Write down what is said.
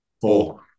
Four